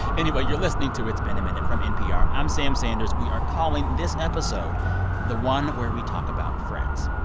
anyway, you're listening to it's been a minute from npr. i'm sam sanders. we are calling this episode the one where we talk about friends.